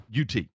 UT